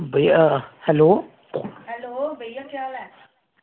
भैया हैलो